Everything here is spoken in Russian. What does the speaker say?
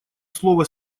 слово